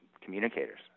communicators